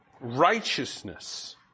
Righteousness